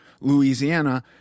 Louisiana